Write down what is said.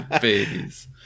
babies